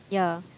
ya